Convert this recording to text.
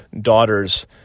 daughters